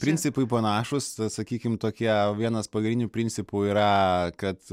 principai panašūs sakykime tokie vienas pagrindinių principų yra kad